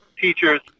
teachers